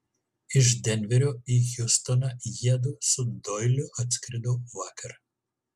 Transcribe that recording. iš denverio į hjustoną jiedu su doiliu atskrido vakar